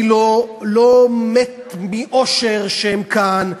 אני לא מת מאושר מכך שהם כאן,